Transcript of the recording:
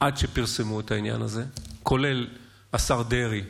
עד שפרסמו את העניין הזה, כולל השר דרעי,